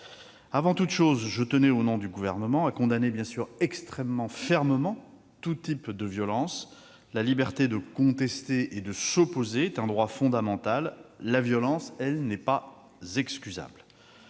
Avant toute chose, je tiens bien sûr, au nom du Gouvernement, à condamner extrêmement fermement les violences de tout type. La liberté de contester et de s'opposer est un droit fondamental, la violence, elle n'est pas excusable.